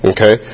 Okay